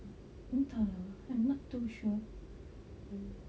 entah lah I'm not too sure